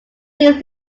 these